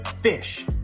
fish